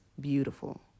beautiful